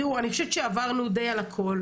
תראו, אני חושבת שעברנו די על הכל.